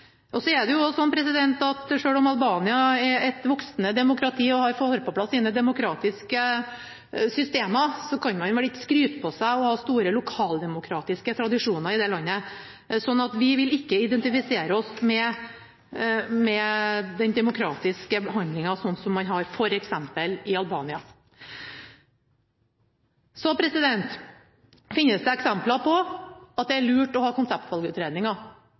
Det er også sånn at selv om Albania er et voksende demokrati og har fått på plass sine demokratiske systemer, kan man vel ikke skryte på seg å ha store lokaldemokratiske tradisjoner i det landet. Vi vil derfor ikke identifisere oss med den demokratiske behandlinga som man har f.eks. i Albania. Så finnes det eksempler på at det er lurt å ha konseptvalgutredninger,